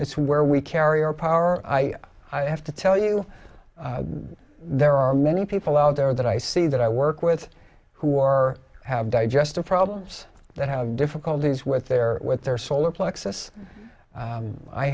it's where we carry our power i have to tell you there are many people out there that i see that i work with who are have digestive problems that have difficulties with their with their solar plexus